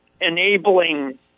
enabling